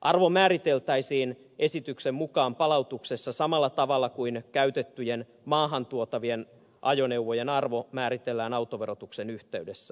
arvo määriteltäisiin esityksen mukaan palautuksessa samalla tavalla kuin käytettyjen maahan tuotavien ajoneuvojen arvo määritellään autoverotuksen yhteydessä